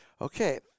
Okay